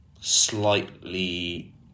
slightly